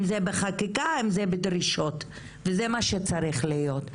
אם זה בחקיקה ואם זה בדרישות וזה מה שצריך להיות.